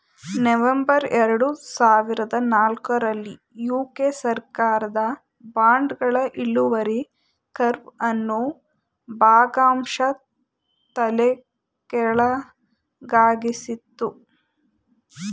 November ಎರಡು ಸಾವಿರದ ನಾಲ್ಕು ರಲ್ಲಿ ಯು.ಕೆ ಸರ್ಕಾರದ ಬಾಂಡ್ಗಳ ಇಳುವರಿ ಕರ್ವ್ ಅನ್ನು ಭಾಗಶಃ ತಲೆಕೆಳಗಾಗಿಸಿತ್ತು